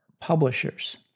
publishers